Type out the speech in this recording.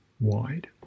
wide